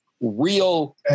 real